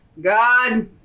God